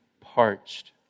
parched